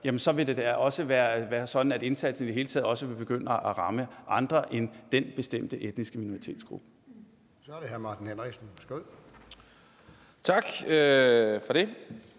så vil det også være sådan, at indsatsen i det hele taget vil begynde at ramme andre end den bestemte etniske minoritetsgruppe. Kl. 12:57 Fjerde næstformand